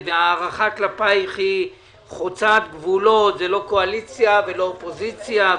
ההערכה כלפיך היא חוצת גבולות זה לא קואליציה ולא אופוזיציה,